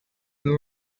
been